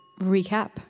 Recap